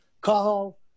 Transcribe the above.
call